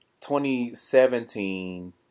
2017